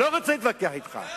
לא רוצה להתווכח אתך.